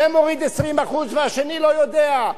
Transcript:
זה מוריד 20% והשני לא יודע,